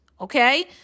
okay